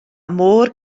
môr